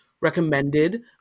recommended